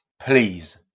Please